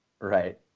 right